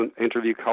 interview